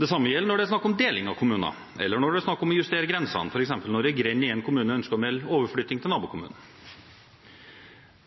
Det samme gjelder når det er snakk om deling av kommuner, eller når det er snakk om å justere grensene, f.eks. når en grend i en kommune ønsker å melde overflytting til nabokommunen.